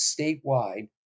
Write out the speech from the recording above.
statewide